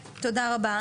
תודה רבה.